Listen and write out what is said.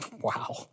Wow